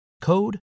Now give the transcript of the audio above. code